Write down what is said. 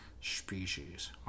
Species